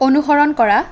অনুসৰণ কৰা